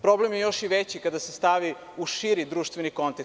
Problem je još veći kada se stavi u širi društveni kontekst.